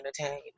entertain